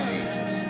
Jesus